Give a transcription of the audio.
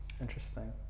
interesting